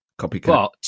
Copycat